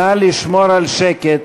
נא לשמור על שקט,